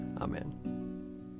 Amen